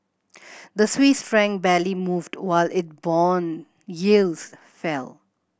the Swiss franc barely moved while it bond yields fell